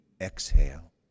exhale